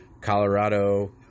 Colorado